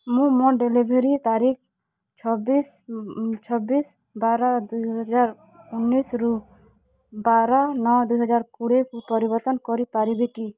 ମୁଁ ମୋର ଡେଲିଭରି ତାରିଖ ଛବିଶ୍ ଛବିଶ୍ ବାର ଦୁଇହଜାର ଉନିଶ୍ ରୁ ବାର ନଅ ଦୁଇହଜାର କୋଡ଼ିଏକୁ ପରିବର୍ତ୍ତନ କରିପାରିବି କି